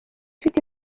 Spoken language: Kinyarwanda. ufite